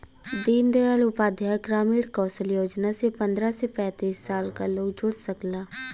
दीन दयाल उपाध्याय ग्रामीण कौशल योजना से पंद्रह से पैतींस साल क लोग जुड़ सकला